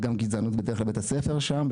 וגם גזענות בדרך כלל בבית הספר שם,